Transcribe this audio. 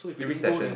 three sessions